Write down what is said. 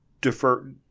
defer